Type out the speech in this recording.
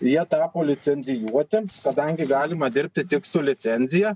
jie tapo licencijuoti kadangi galima dirbti tik su licencija